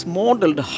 modeled